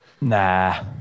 Nah